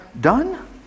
done